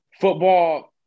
football